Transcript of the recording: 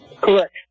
Correct